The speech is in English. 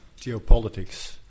geopolitics